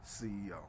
CEO